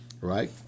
right